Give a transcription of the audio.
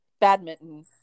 badminton